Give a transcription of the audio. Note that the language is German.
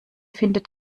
findet